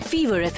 Fever